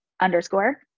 underscore